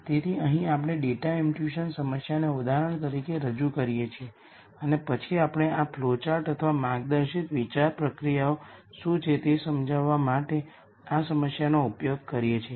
તેથી અહીં આપણે ડેટા ઇમ્પ્ટ્યુશન સમસ્યાને ઉદાહરણ તરીકે રજૂ કરીએ છીએ અને પછી આપણે આ ફ્લોચાર્ટ અથવા માર્ગદર્શિત વિચાર પ્રક્રિયાઓ શું છે તે સમજાવવા માટે આ સમસ્યાનો ઉપયોગ કરીએ છીએ